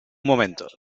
momento